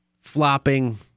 flopping